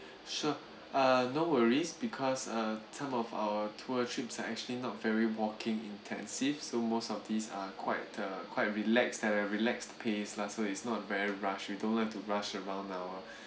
sure uh no worries because uh some of our tour trips are actually not very walking intensive so most of these are quite uh quite relaxed at a relaxed pace lah so it's not very rush you don't have to rush around our